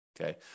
okay